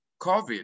COVID